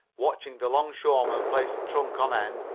watched the longshoreman place the trunk on end,